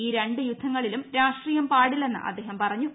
ഈ രണ്ട് യുദ്ധങ്ങളിലും രാഷ്ട്രീയം പാടില്ലെന്ന് അദ്ദേഹം പറഞ്ഞു